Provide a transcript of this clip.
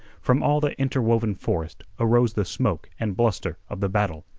from all the interwoven forest arose the smoke and bluster of the battle.